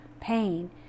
pain